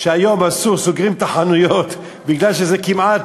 היום סוגרים את החנויות כי זה כמעט,